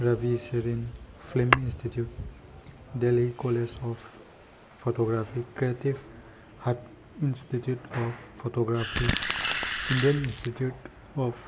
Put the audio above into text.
Ravi Sherin film institute Delhi college of photography creative hub institute of photography Indian institute of